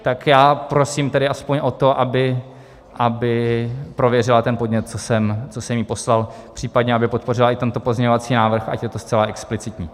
Tak prosím aspoň o to, aby prověřila ten podnět, co jsem jí poslal, případně aby podpořila i tento pozměňovací návrh, ať je to zcela explicitní.